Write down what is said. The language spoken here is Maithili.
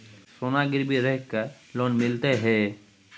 सोना गिरवी रख के लोन मिलते है?